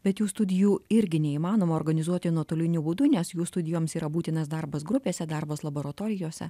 bet jų studijų irgi neįmanoma organizuoti nuotoliniu būdu nes jų studijoms yra būtinas darbas grupėse darbas laboratorijose